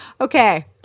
Okay